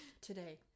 Today